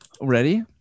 Ready